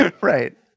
Right